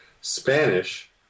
Spanish